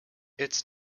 its